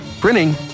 Printing